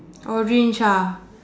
orange ah